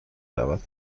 رود